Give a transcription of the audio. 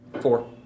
Four